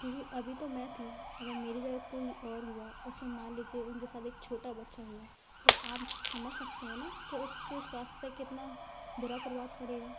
क्योंकि अभी तो मैं थी अगर मेरी जगह कोई और हुआ उसमें मान लीजिए उनके साथ एक छोटा बच्चा हुआ तो आप समझ सकते हैं न कि उससे स्वास्थ पे कितना बुरा प्रभाव पड़ेगा